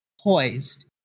poised